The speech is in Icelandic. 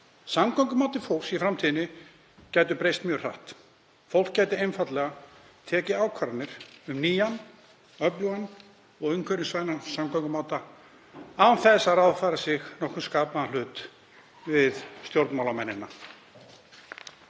Samgöngumáti fólks í framtíðinni gæti breyst mjög hratt. Fólk gæti einfaldlega tekið ákvarðanir um nýjan, öflugan og umhverfisvænan samgöngumáta án þess að ráðfæra sig nokkurn skapaðan hlut við stjórnmálamennina.